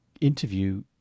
interview